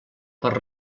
per